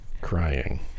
Crying